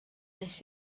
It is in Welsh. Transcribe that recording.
nes